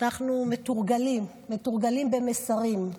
מתורגלים במסרים.